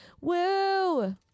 Woo